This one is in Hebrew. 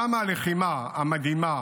הלחימה המדהימה